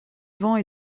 vents